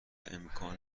امکان